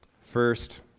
First